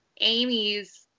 Amy's